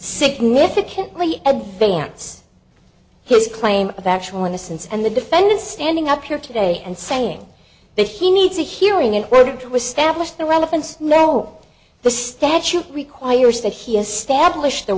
significantly advance his claim of actual innocence and the defendant standing up here today and saying that he needs a hearing in order to establish the relevance no the statute requires that he establish the